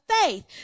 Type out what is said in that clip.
faith